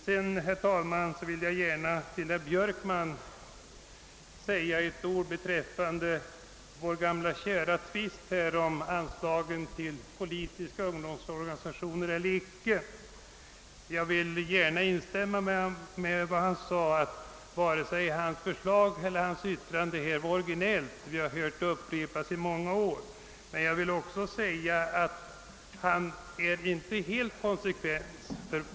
Till herr Björkman vill jag gärna säga några ord om vår kära gamla tvist om huruvida anslag skall utgå till politiska ungdomsorganisationer. Jag instämmer gärna i vad han sade att varken hans förslag eller hans yttrande var originellt — vi har hört det upprepas i många år. Han är emellertid inte helt konsekvent.